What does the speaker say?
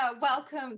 welcome